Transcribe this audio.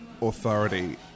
authority